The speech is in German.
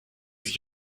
sich